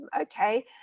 okay